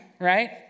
right